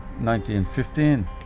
1915